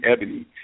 Ebony